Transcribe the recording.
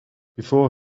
before